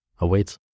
awaits